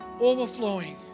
overflowing